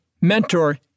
mentor